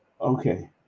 okay